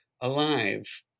alive